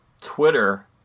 twitter